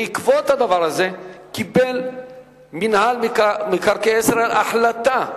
בעקבות הדבר הזה קיבל מינהל מקרקעי ישראל החלטה,